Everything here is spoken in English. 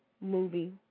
movie